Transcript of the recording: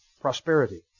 prosperity